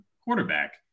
quarterback